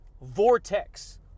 vortex